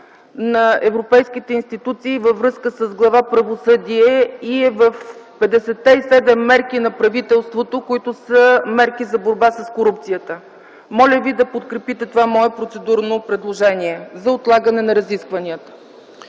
на европейските институции във връзка с Глава „Правосъдие” и е в 57-те мерки на правителството, които са мерки за борба с корупцията. Моля ви да подкрепите това мое процедурно предложение за отлагане на разискванията.